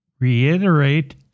reiterate